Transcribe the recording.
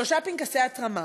שלושה פנקסי התרמה